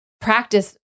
practice